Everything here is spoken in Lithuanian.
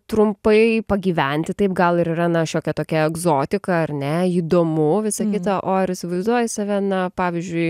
trumpai pagyventi taip gal ir yra na šiokia tokia egzotika ar ne įdomu visa kita o ar įsivaizduoji save na pavyzdžiui